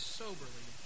soberly